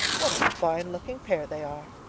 what a fine-looking pair they are,